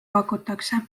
pakutakse